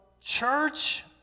church